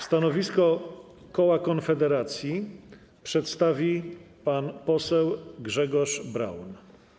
Stanowisko koła Konfederacji przedstawi pan poseł Grzegorz Braun.